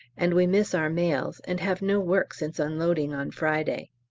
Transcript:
and we miss our mails, and have no work since unloading on friday.